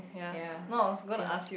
ya so you are like